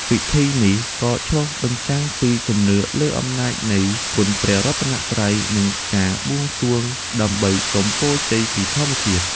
ពិធីនេះក៏ឆ្លុះបញ្ចាំងពីជំនឿលើអំណាចនៃគុណព្រះរតនត្រ័យ និងការបួងសួងដើម្បីសុំពរជ័យពីធម្មជាតិ ។